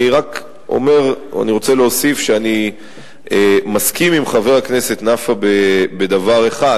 אני רוצה להוסיף שאני מסכים עם חבר הכנסת נפאע בדבר אחד